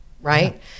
right